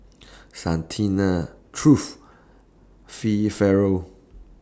Santina Truth Fee Ferrell